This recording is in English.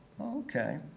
Okay